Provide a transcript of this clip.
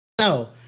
no